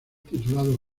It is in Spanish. titulado